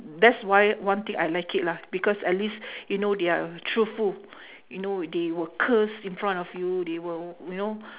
that's why one thing I like it lah because at least you know they are truthful you know they will curse in front of they will you know